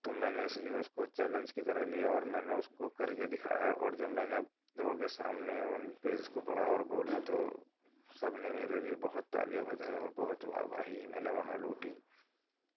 تو میں نے اِس لیے اُس کو چیلینج کی طرح لیا اور میں نے اُس کو کر کے دکھایا اور جب میں نے لوگوں کے سامنے اُن پیجیز کو پڑھا اور بولا تو سب نے میرے لیے بہت تالیاں بجائیں اور بہت واہ واہی میں نے وہاں لوٹی